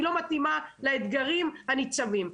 היא לא מתאימה לאתגרים הניצבים.